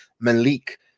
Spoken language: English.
Malik